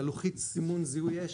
הלוחית סימון זיהוי אש,